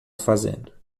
fazendo